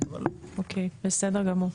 אוקיי בסדר גמור,